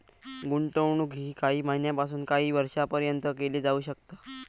गुंतवणूक ही काही महिन्यापासून काही वर्षापर्यंत केली जाऊ शकता